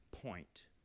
point